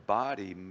body